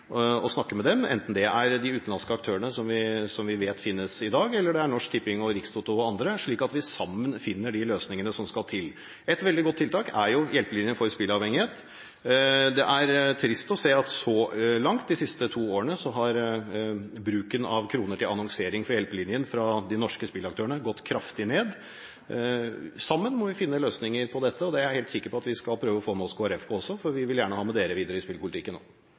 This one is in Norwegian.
snakke med dem, enten det er de utenlandske aktørene som vi vet finnes i dag, eller det er Norsk Tipping, Rikstoto og andre, slik at vi sammen finner de løsningene som skal til. Et veldig godt tiltak er Hjelpelinjen for spilleavhengige. Det er trist å se at så langt – de siste to årene – har bruken av kroner til annonsering for Hjelpelinjen fra de norske spillaktørene gått kraftig ned. Sammen må vi finne løsninger på dette, og det er jeg helt sikker på at vi skal få med oss Kristelig Folkeparti på også. Vi vil gjerne ha dem med videre i spillpolitikken